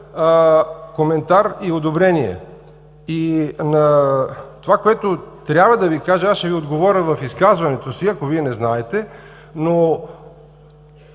коментар и одобрение? Това, което трябва да Ви кажа, аз ще Ви отговоря в изказването си, ако Вие не знаете,